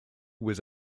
was